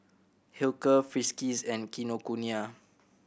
Hilker Friskies and Kinokuniya